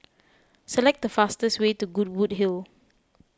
select the fastest way to Goodwood Hill